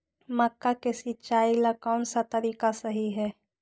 मक्का के सिचाई ला कौन सा तरीका सही है?